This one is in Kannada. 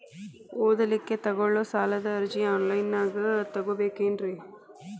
ಓದಲಿಕ್ಕೆ ತಗೊಳ್ಳೋ ಸಾಲದ ಅರ್ಜಿ ಆನ್ಲೈನ್ದಾಗ ತಗೊಬೇಕೇನ್ರಿ?